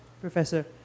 Professor